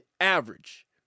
average